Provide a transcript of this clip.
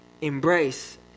Embrace